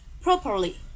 properly